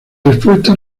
respuesta